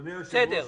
אדוני היושב-ראש,